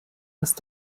ist